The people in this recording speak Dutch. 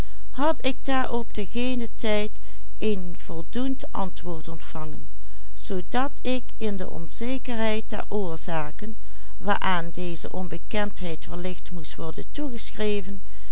zoodat ik in de onzekerheid der oorzaken waaraan deze onbekendheid wellicht moest worden